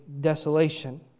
desolation